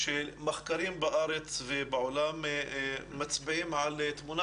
שמחקרים בארץ ובעולם מצביעים על תמונה